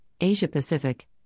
Asia-Pacific